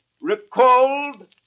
Recalled